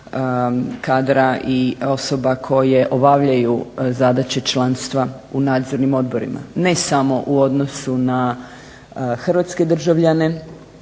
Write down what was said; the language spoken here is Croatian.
kadra i osoba koje obavljaju zadaće članstva u nadzornim odborima, ne samo u odnosu na hrvatske državljane